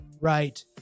right